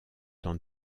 dans